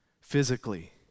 physically